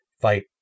fight